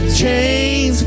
chains